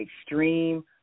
extreme